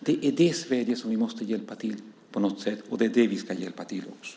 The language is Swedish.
Det är det Sverige som vi måste hjälpa till med på något sätt, och det är det vi ska göra också.